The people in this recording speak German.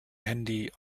handy